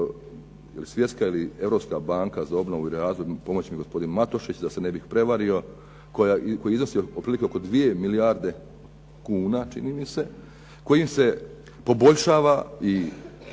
Svjetska ili Europska banka za obnovu i razvoj, pomoći će mi gospodin Matušić da se ne bih prevario koja iznosi otprilike oko 2 milijarde kuna, čini mi se, kojom se poboljšava i